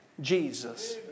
Jesus